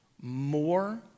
more